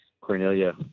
Cornelia